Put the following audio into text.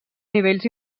nivells